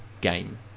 game